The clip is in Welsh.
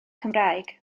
cymraeg